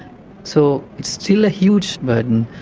so still a huge burden.